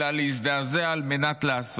אלא להזדעזע על מנת לעשות.